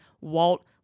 Walt